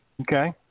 Okay